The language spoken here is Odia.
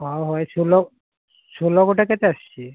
ହଉ ହଉ ସୋଲୋ ସୋଲୋ ଗୋଟିଏ କେତେ ଆସୁଛି